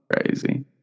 Crazy